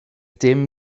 dim